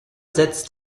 setzt